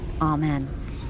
amen